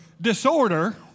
disorder